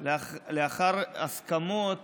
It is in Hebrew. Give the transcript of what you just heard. לאחר הסכמות